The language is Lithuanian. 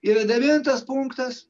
yra devintas punktas